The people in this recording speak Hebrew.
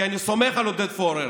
כי אני סומך על עודד פורר,